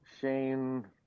shane